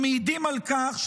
או מעידים על כך,